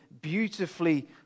beautifully